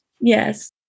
Yes